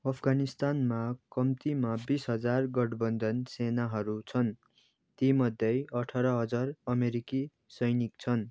अफगानिस्तानमा कम्तीमा बिस हजार गठबन्धन सेनाहरू छन् तीमध्ये अठार हजार अमेरिकी सैनिक छन्